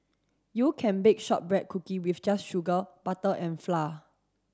you can bake shortbread cookie with just sugar butter and flour